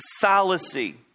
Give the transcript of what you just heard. fallacy